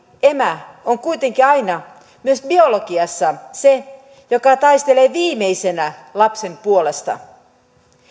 emä on kuitenkin aina myös biologiassa se joka taistelee viimeisenä lapsen puolesta